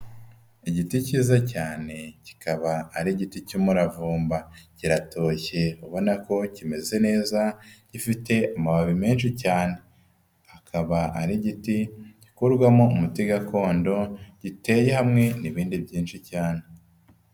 Igiti cyiza cyane, kikaba ari giti cy'umuravumba. Kiratoshye ubona ko kimeze neza, gifite amababi menshi cyane. Akaba ari giti gikorwamo umuti gakondo, giteye hamwe n'ibindi byinshi cyane.